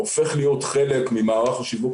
אני חושבת שחבר הכנסת אליהו ברוכי רצה לשאול בהמשך